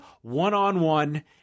one-on-one